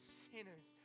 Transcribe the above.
sinners